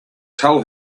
tell